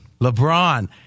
LeBron